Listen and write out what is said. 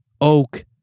oak